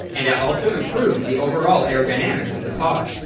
and it also improves the overall aerodynamics of the pod.